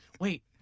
Wait